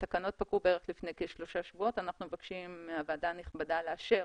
התקנות פקעו לפני כשלושה שבועות ואנחנו מבקשים מהוועדה הנכבדה לאשר